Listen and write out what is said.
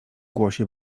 głosie